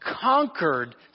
conquered